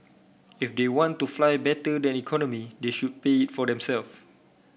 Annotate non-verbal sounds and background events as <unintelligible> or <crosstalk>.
if they want to fly better than economy they should pay for <unintelligible>